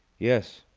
yes.